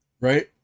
Right